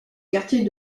quartier